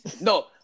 No